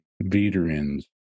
Veterans